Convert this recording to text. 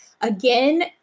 again